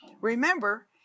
remember